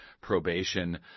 probation